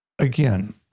Again